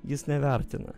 jis nevertina